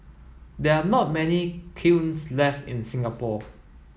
there are not many kilns left in the Singapore